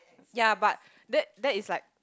ya but that that is like